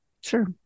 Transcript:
sure